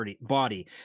body